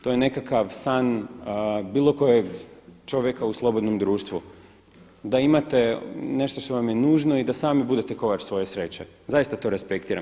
To je nekakav san bilo kojeg čovjeka u slobodnom društvu da imate nešto što vam je nužno i da sami budete kovač svoje sreće, zaista to respektiram.